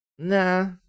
Nah